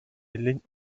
leigh